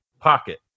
pocket